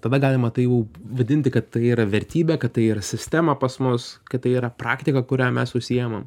tada galima tai jau vadinti kad tai yra vertybė kad tai yra sistema pas mus kad tai yra praktika kurią mes užsiėmam